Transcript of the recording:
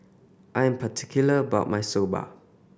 I am particular about my Soba